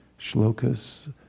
shlokas